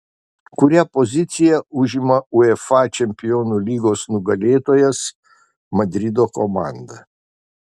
kurią poziciją užima uefa čempionų lygos nugalėtojas madrido komanda